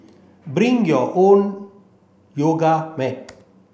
bring your own yoga mat